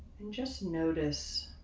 and just notice,